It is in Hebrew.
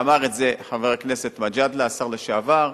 ואמר את זה חבר הכנסת מג'אדלה, השר לשעבר.